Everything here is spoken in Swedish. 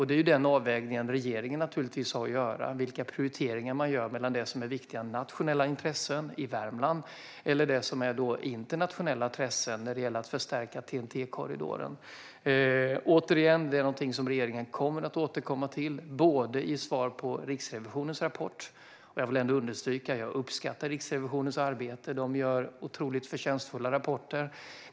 Det är denna avvägning som regeringen har att göra - vilka prioriteringar som görs mellan viktiga nationella intressen i Värmland och internationella intressen när det gäller att förstärka TEN-T-korridoren. Återigen: Regeringen kommer att återkomma till detta i svar på Riksrevisionens rapport. Jag vill understryka att jag uppskattar Riksrevisionens arbete. De gör otroligt förtjänstfulla rapporter.